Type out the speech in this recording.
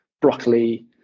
broccoli